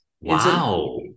Wow